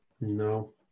No